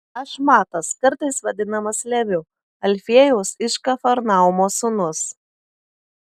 aš matas kartais vadinamas leviu alfiejaus iš kafarnaumo sūnus